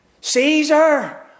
Caesar